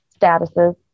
statuses